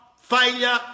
failure